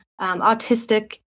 autistic